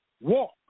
walk